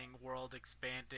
world-expanding